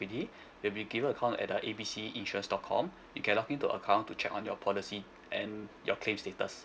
already you'll be given account at the A B C insurance dot com you can log in to account to check on your policy and your claim status